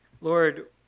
Lord